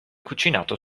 cucinato